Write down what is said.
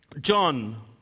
John